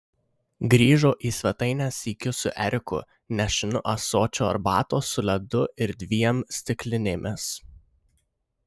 grįžo į svetainę sykiu su eriku nešinu ąsočiu arbatos su ledu ir dviem stiklinėmis